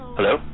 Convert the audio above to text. Hello